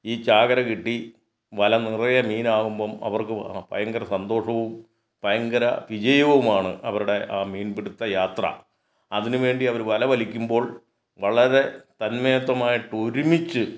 ഈ ചാകര കിട്ടി വല നിറയെ മീനാകുമ്പം അവർക്ക് ഭയങ്കര സന്തോഷവും ഭയങ്കര വിജയവുമാണ് അവരുടെ ആ മീൻ പിടുത്ത യാത്ര അതിന് വേണ്ടി അവർ വല വലിക്കുമ്പോൾ വളരെ തന്മയത്തമായിട്ട് ഒരുമിച്ച്